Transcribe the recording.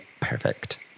perfect